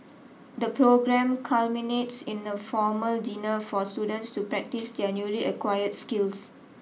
the programme culminates in a formal dinner for students to practise their newly acquired skills